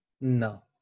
No